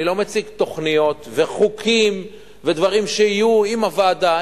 אני לא מציג תוכניות וחוקים ודברים שיהיו עם הוועדה,